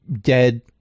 dead